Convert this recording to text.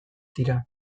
dira